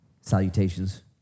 salutations